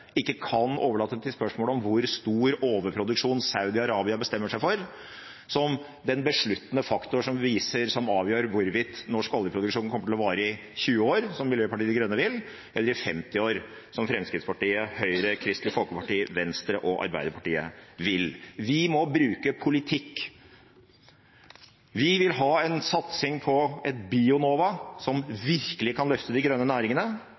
ikke kan overlate det til spørsmålet om hvor stor overproduksjon Saudi-Arabia bestemmer seg for, som den besluttende faktor som avgjør hvorvidt norsk oljeproduksjon kommer til å vare i 20 år, som Miljøpartiet De Grønne vil, eller i 50 år, som Fremskrittspartiet, Høyre, Kristelig Folkeparti, Venstre og Arbeiderpartiet vil. Vi må bruke politikk: Vi vil ha en satsing på et Bionova som virkelig kan løfte de grønne næringene.